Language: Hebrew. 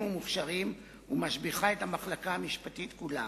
ומוכשרים ומשביחה את המחלקה המשפטית כולה.